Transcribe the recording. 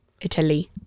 Italy